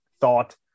thought